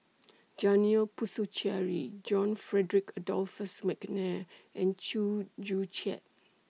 Janil Puthucheary John Frederick Adolphus Mcnair and Chew Joo Chiat